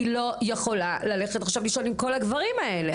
היא לא יכולה ללכת לישון עם כל הגברים האלה.